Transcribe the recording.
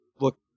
Look